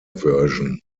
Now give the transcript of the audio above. version